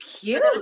cute